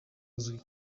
uzwi